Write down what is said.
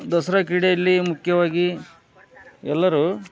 ದಸರಾ ಕ್ರೀಡೆಯಲ್ಲಿ ಮುಖ್ಯವಾಗಿ ಎಲ್ಲರೂ